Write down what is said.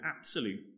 absolute